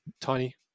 tiny